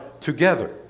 together